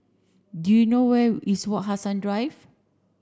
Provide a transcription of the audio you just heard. do you know where is Wak Hassan Drive